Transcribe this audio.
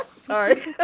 Sorry